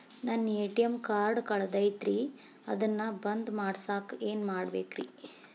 ನನ್ನ ATM card ಕಳದೈತ್ರಿ ಅದನ್ನ ಬಂದ್ ಮಾಡಸಾಕ್ ಏನ್ ಮಾಡ್ಬೇಕ್ರಿ?